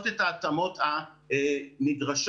היה פה דיון השבוע בוועדה ובו התברר שלצרכי